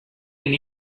and